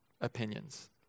opinions